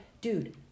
dude